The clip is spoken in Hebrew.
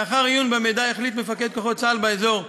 לאחר עיון במידע החליט מפקד כוחות צה"ל באזור,